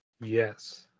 Yes